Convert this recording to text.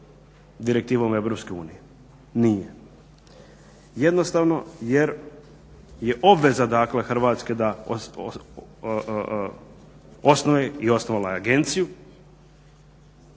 unije, nije. Jednostavno jer je obveza dakle Hrvatske da osnuje i osnovala je agenciju.